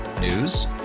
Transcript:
News